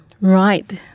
right